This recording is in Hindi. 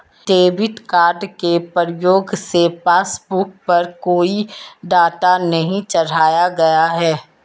डेबिट कार्ड के प्रयोग से पासबुक पर कोई डाटा नहीं चढ़ाया गया है